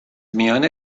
میان